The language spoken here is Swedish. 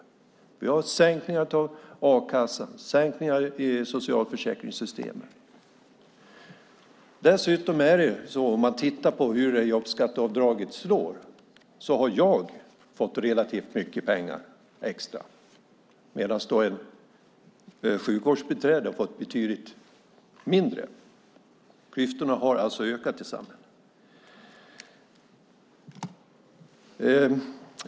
Det har skett sänkningar av a-kassan och sänkningar i socialförsäkringssystemen. Om man tittar på hur jobbskatteavdraget slår ser man dessutom att jag har fått relativt mycket pengar extra, medan ett sjukvårdsbiträde fått betydligt mindre. Klyftorna har ökat i samhället.